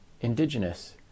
indigenous